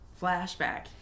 flashback